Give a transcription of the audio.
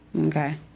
Okay